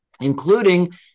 including